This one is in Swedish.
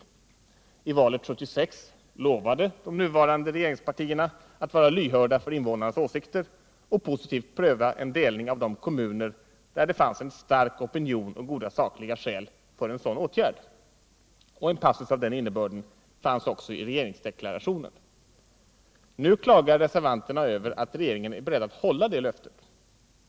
I valet 1976 lovade de nuvarande regeringspartierna att vara lyhörda för invånarnas åsikter och positivt pröva en delning av de kommuner där det fanns en stark opinion och goda sakliga skäl för en sådan åtgärd. En passus av den innebörden fanns också i regeringsdeklarationen. Nu klagar reservanterna över att regeringen är beredd att hålla det löftet.